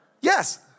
Yes